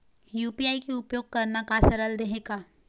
UPI के उपयोग करना का सरल देहें का?